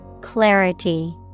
Clarity